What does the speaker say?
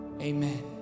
amen